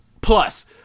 plus